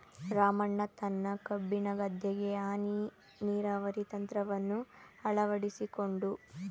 ರಾಮಣ್ಣ ತನ್ನ ಕಬ್ಬಿನ ಗದ್ದೆಗೆ ಹನಿ ನೀರಾವರಿ ತಂತ್ರವನ್ನು ಅಳವಡಿಸಿಕೊಂಡು